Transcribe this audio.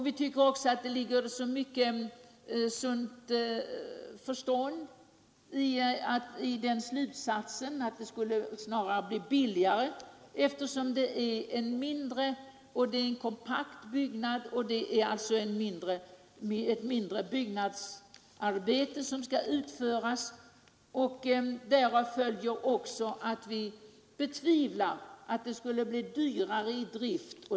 Vi tycker att det ligger mycket sunt förnuft i slutsatsen att det snarare skulle bli billigare, eftersom det är en kompakt byggnad och det alltså är mindre byggnadsarbete som skall utföras. Därav följer också att vi betvivlar att det skulle bli dyrare i drift.